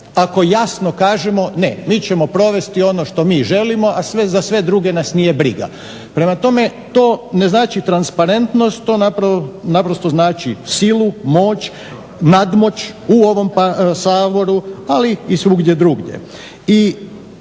ako jasno kažemo ne, mi ćemo provesti ono što mi želimo, a za sve druge nas nije briga. Prema tome to ne znači transparentnost to naprosto znači silu, moć, nadmoć u ovom Saboru, ali i svugdje drugdje.